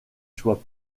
soit